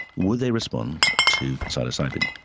would they respond to psilocybin?